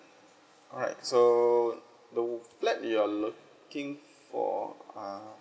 alright so the let you're looking for uh